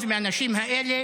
עזרתי